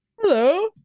Hello